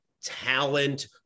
talent